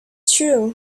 true